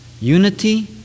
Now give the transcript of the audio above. Unity